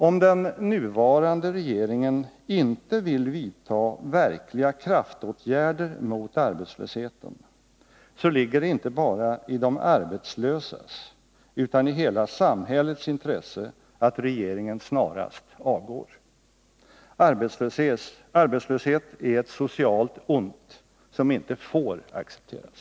Om den nuvarande regeringen inte vill vidta verkliga kraftåtgärder mot arbetslösheten, så ligger det inte bara i de arbetslösas utan i hela samhällets intresse att regeringen snarast avgår. Arbetslöshet är ett socialt ont som inte får accepteras.